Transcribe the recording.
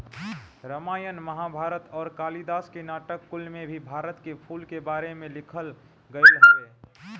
रामायण महाभारत अउरी कालिदास के नाटक कुल में भी भारत के फूल के बारे में लिखल गईल हवे